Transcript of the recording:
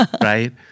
right